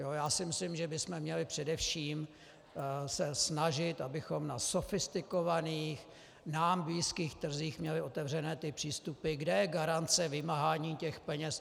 Já si myslím, že se bychom měli především snažit, abychom na sofistikovaných nám blízkých trzích měli otevřené ty přístupy, kde je garance vymáhání těch peněz.